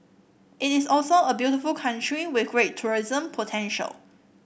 it is also a beautiful country with great tourism potential